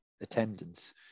attendance